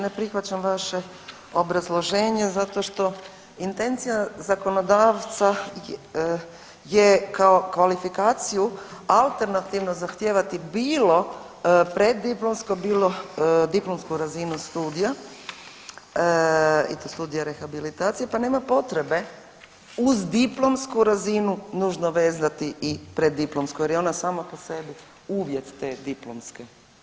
Ne prihvaćam vaše obrazloženje zato što intencija zakonodavca je kao kvalifikaciju alternativno zahtijevati bilo preddiplomsko, bilo diplomsku razinu studija i to studija rehabilitacije pa nema potrebe uz diplomsku razinu nužno vezati i preddiplomsko jer je ona sama po sebi uvjet te diplomske.